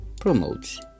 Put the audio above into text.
promotes